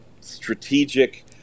strategic